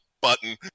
button